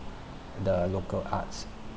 the local arts